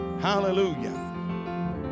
hallelujah